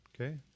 okay